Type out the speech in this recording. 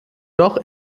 doch